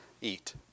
eat